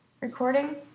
Recording